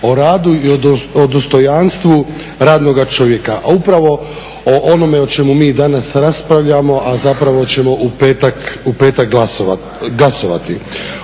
o radu i o dostojanstvu radnoga čovjeka a upravo o onome o čemu mi danas raspravljamo a zapravo ćemo u petak glasovati.